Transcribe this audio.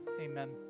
amen